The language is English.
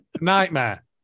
nightmare